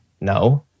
no